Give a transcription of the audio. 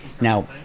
Now